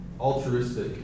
altruistic